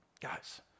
Guys